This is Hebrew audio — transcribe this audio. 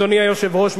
אדוני היושב-ראש,